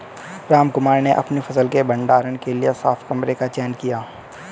रामकुमार ने अपनी फसल के भंडारण के लिए साफ कमरे का चयन किया